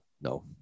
no